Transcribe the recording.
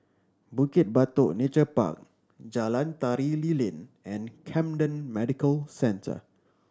Bukit Batok Nature Park Jalan Tari Lilin and Camden Medical Centre